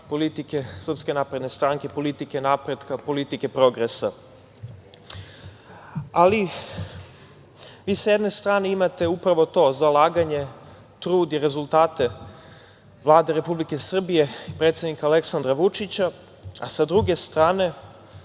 politike Srpske napredne stranke, politike napretka, politike progresa. Ali, vi sa jedne strane imate upravo to, zalaganje, trud i rezultate Vlade Republike Srbije, predsednika Aleksandra Vučića, a sa druge strane,